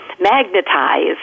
magnetize